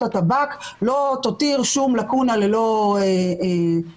הטבק לא תותיר שום לקונה ללא שימוש,